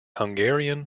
hungarian